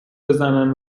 بزنن